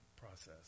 process